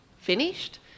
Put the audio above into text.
finished